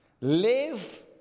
Live